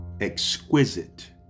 exquisite